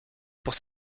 pour